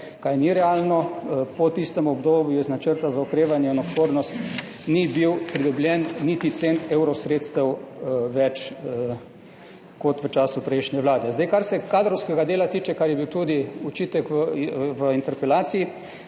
kaj ni realno, po tistem obdobju iz Načrta za okrevanje in odpornost ni bil pridobljen niti cent evrov sredstev več kot v času prejšnje vlade. Kar se kadrovskega dela tiče, kar je bil tudi očitek v interpelaciji,